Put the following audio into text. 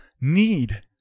need